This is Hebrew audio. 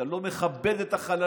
אתה לא מכבד את החללים.